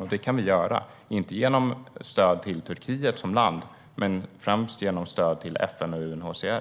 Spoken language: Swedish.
och det kan vi ge dem, inte genom stöd till Turkiet som land utan främst genom stöd till FN och UNHCR.